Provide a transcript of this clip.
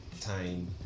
time